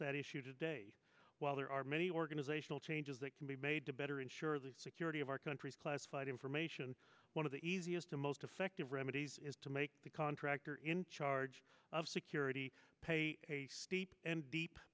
that issue today while there are many organizational changes that can be made to better ensure the security of our country classified information one of the easiest and most effective remedies is to make the contractor in charge of security pay a steep